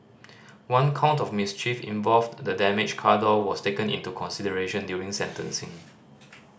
one count of mischief involve the damaged car door was taken into consideration during sentencing